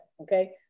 okay